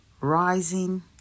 rising